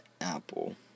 apple